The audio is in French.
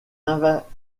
invasions